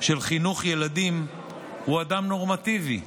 של חינוך ילדים הוא אדם נורמטיבי,